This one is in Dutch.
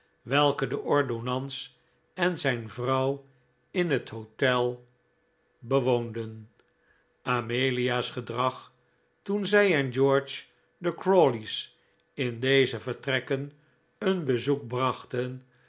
welke de ordonnans en zijn vrouw in het hotel bewoonden amelia's gedrag toen zij en george de crawley's in deze vertrekken een bezoek brachten